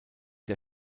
der